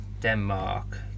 Denmark